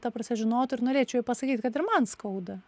ta prasme žinot ir norėčiau pasakyt kad ir man skauda